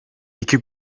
iki